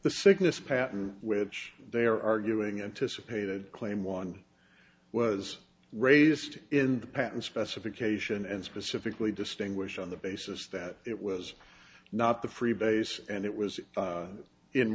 the sickness patent which they are arguing anticipated claim one was raised in the patent specification and specifically distinguished on the basis that it was not the freebase and it was